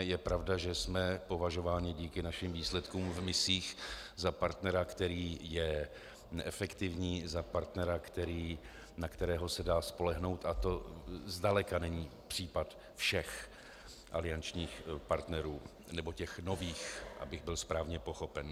Je pravda, že jsme považováni díky našim výsledkům v misích za partnera, který je efektivní, za partnera, na kterého se dá spolehnout, a to zdaleka není případ všech aliančních partnerů nebo těch nových, abych byl správně pochopen.